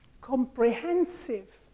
comprehensive